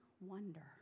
wonder